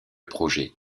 projet